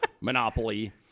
Monopoly